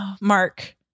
Mark